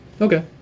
okay